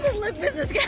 look business yeah